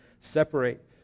separate